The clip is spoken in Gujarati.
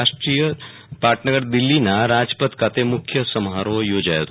રાષ્ટ્રીય પાટનગર દિલ્હીના રાજય ખાતે મુખ્ય સમારોલ યોજાયો હતો